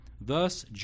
Thus